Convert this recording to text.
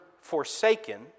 forsaken